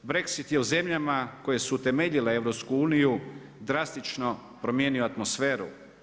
BREXIT je u zemljama koje su utemeljile EU drastično promijenio atmosferu.